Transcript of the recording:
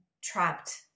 trapped